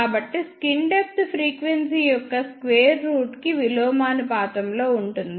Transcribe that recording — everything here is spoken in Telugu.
కాబట్టి స్కిన్ డెప్త్ ఫ్రీక్వెన్సీ యొక్క స్క్వేర్ రూట్ కి విలోమానుపాతంలో ఉంటుంది